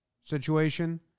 situation